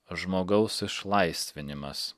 žmogaus išlaisvinimas